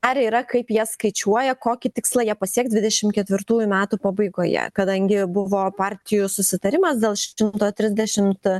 ar yra kaip jie skaičiuoja kokį tikslą jie pasieks dvidešim ketvirtųjų metų pabaigoje kadangi buvo partijų susitarimas dėl šimto trisdešimt